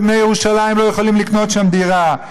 ובני ירושלים לא יכולים לקנות שם דירה.